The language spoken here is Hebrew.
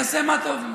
יעשה מה שטוב לו,